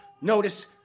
Notice